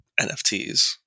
NFTs